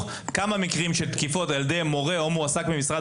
כמה מקרים של תקיפות על ידי מורה או מועסק במשרד